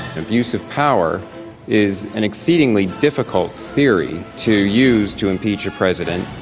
abuse of power is an exceedingly difficult theory to use to impeach your president,